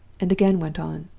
and again went on.